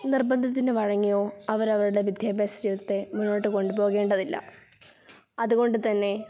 നിർബന്ധത്തിനു വഴങ്ങിയോ അവരവരുടെ വിദ്യാഭ്യാസ ജീവിതത്തെ മുന്നോട്ടു കൊണ്ടുപോകേണ്ടതില്ല അതുകൊണ്ടുതന്നെ